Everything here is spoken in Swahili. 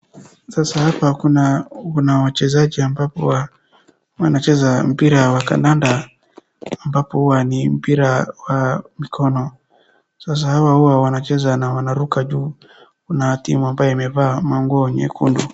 Sasa hapa kuna wachezaji ambapo wanacheza mpira wa kandanda, ambapo huwa ni mpira wa mikono. Sasa hawa huwa wanacheza na wanaruka juu. Kuna timu ambayo imevaa manguo nyekundu.